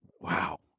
Wow